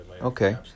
Okay